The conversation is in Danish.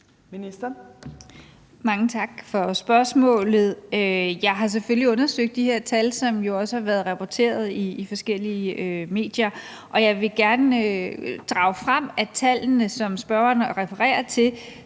Mange tak for spørgsmålet. Jeg har selvfølgelig undersøgt de her tal, som jo også har været rapporteret i forskellige medier. Jeg vil gerne drage frem, at tallene, som spørgeren refererer til,